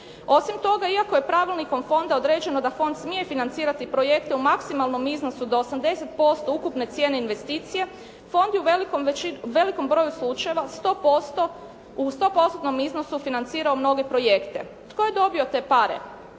Osim toga iako je Pravilnikom Fonda određeno da Fond smije financirati projekte u maksimalnom iznosu do 80% ukupne cijene investicije Fond je u velikom, u velikom broju slučajeva 100%, u 100%-tnom iznosu financirao mnoge projekte. Tko je dobio te pare?